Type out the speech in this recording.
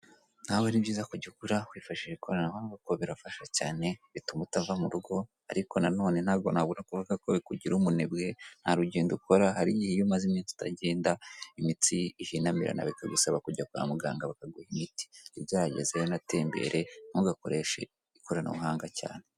Nawe ni byiza kujya ugura wifashishije ikoranabuhanga kuko birafasha cyane bituma utava murugo, ariko nanone ntabwo nabura kuvuga ko bikugira umunebwe, ntarugendo ukora hari n'igihe iyo umaze iminsi utagenda imitsi ihinamirana, bikagusaba kujya kwa muganga bakaguha imiti, jya ugerageza rero unatembere, ntugakoreshe ikoranabuhanga cyane.